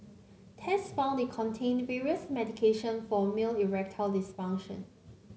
tests found they contained various medication for male erectile dysfunction